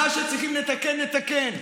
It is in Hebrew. מה שצריכים לתקן, נתקן.